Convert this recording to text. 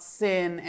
sin